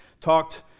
talked